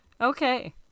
Okay